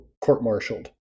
court-martialed